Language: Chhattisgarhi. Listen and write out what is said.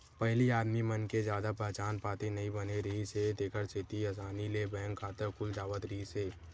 पहिली आदमी मन के जादा पहचान पाती नइ बने रिहिस हे तेखर सेती असानी ले बैंक खाता खुल जावत रिहिस हे